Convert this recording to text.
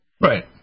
Right